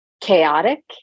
chaotic